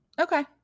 Okay